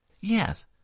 Yes